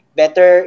better